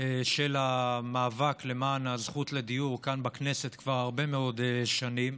של המאבק למען הזכות לדיור כאן בכנסת כבר הרבה מאוד שנים.